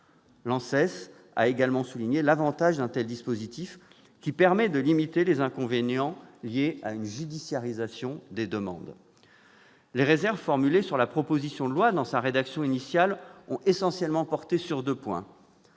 L'ANSES a également souligné l'avantage d'un tel dispositif, qui permet de limiter les inconvénients liés à une judiciarisation des demandes. Les réserves formulées sur la proposition de loi dans sa rédaction initiale ont essentiellement porté sur deux points